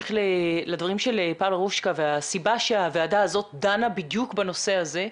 בהמשך לדברים של פאולה רושקה והסיבה שהוועדה הזאת דנה בדיוק בנושא הזה,